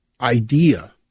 idea